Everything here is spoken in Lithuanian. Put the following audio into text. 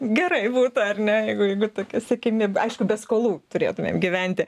gerai būtų ar ne jeigu jeigu tokia siekiamybė aišku be skolų turėtumėm gyventi